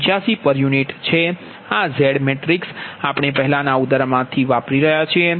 આ Z matrix આપણે પહેલાનાં ઉદાહરણ માંથી વાપરી રહ્યા છીએ